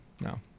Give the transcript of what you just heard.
No